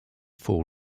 for